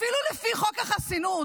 אפילו לפי חוק החסינות,